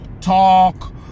talk